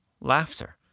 laughter